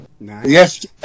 Yes